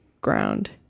ground